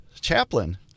Chaplain